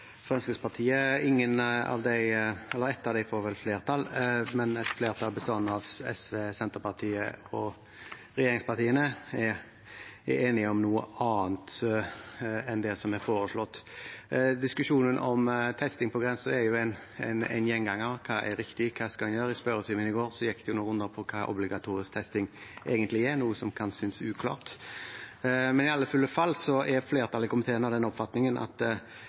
Fremskrittspartiet. Ett av dem får vel flertall. Men et flertall bestående av SV, Senterpartiet og regjeringspartiene er enige om noe annet enn det som er foreslått. Diskusjonen om testing på grensen er en gjenganger. Hva er riktig, hva skal en gjøre? I spørretimen i går gikk en noen runder på hva obligatorisk testing egentlig er, noe som kan synes uklart. Men i alle fulle fall er flertallet i komiteen av den oppfatning at